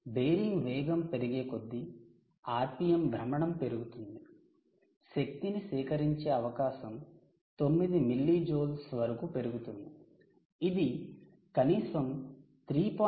bearing వేగం పెరిగేకొద్దీ RPM భ్రమణం పెరుగుతుంది శక్తిని సేకరించే అవకాశం 9 మిల్లీజౌల్స్ వరకు పెరుగుతుంది ఇది కనీసం 3